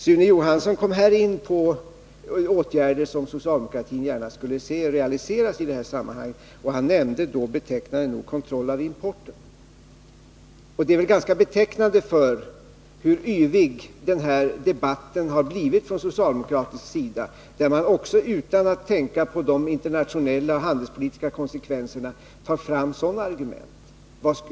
Sune Johansson kom här in på åtgärder som socialdemokratin gärna skulle se realiseras i detta sammanhang. Han nämnde betecknande nog kontroll av importen. Det är väl ganska betecknande för hur yvig denna debatt har blivit från socialdemokratisk sida, där man också utan att tänka på de internationella och handelspolitiska konsekvenserna tar fram sådana argument.